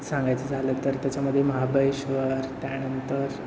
सांगायचं झालं तर त्याच्यामध्ये महाबळेश्वर त्यानंतर